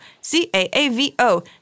C-A-A-V-O